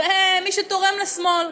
זה מי שתורם לשמאל.